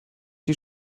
die